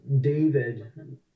david